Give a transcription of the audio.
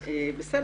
נוסף.